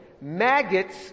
Maggots